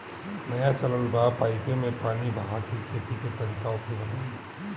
नया चलल बा पाईपे मै पानी बहाके खेती के तरीका ओके बताई?